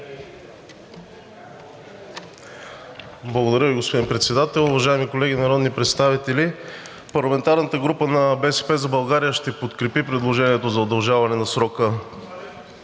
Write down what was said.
Благодаря Ви, господин Председател. Уважаеми колеги народни представители, парламентарната група на „БСП за България“ ще подкрепи предложението за удължаване на срока